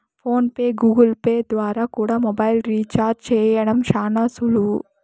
phone pay, Google Pay ద్వారా కూడా mobile recharge చేయడం శానా సులువు